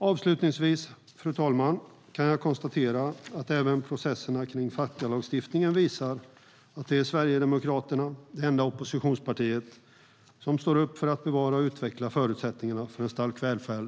Avslutningsvis, fru talman, kan jag konstatera att även processen kring Fatca-lagstiftningen visar att det är Sverigedemokraterna, det enda oppositionspartiet, som står upp i denna kammare för att bevara och utveckla förutsättningarna för en stark välfärd.